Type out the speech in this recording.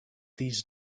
these